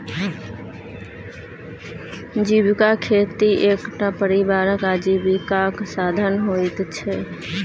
जीविका खेती एकटा परिवारक आजीविकाक साधन होइत छै